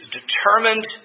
determined